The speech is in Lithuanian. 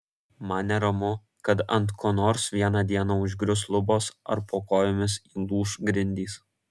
man neramu kad ant ko nors vieną dieną užgrius lubos ar po kojomis įlūš grindys